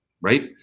right